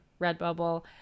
Redbubble